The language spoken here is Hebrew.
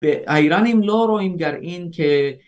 ‫האיראנים לא רואים גרעין, ‫כ...